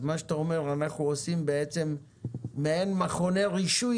אז אתה בעצם אומר שאתם עושים מעין מכוני רישוי